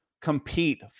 compete